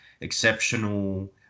exceptional